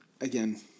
again